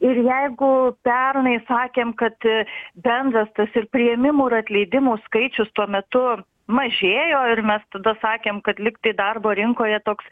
ir jeigu pernai sakėm kad bendras tas ir priėmimų ir atleidimų skaičius tuo metu mažėjo ir mes tada sakėm kad lyg tai darbo rinkoje toks